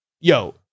yo